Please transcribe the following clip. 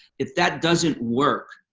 if that doesn't work,